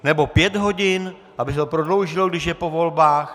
Nebo pět hodin, aby se to prodloužilo, když je po volbách?